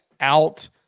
out